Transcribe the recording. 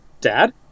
Dad